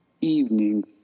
evening